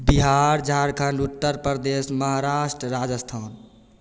Bihar Jharkhand Uttar Pradesh Maharashtra Rajasthan